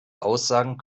aussagen